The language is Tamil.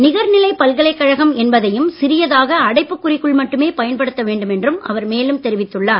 நிகர்நிலை பல்கலைக்கழகம் என்பதையும் சிறியதாக அடைப்புக் குறிக்குள் மட்டுமே பயன்படுத்த வேண்டும் என்றும் அவர் மேலும் தெரிவித்துள்ளார்